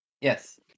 Yes